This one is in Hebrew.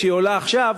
כשהיא עולה עכשיו,